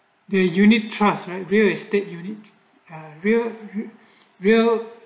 the unit trust right real estate you need a real real